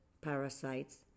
parasites